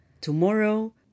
Tomorrow